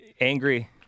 Angry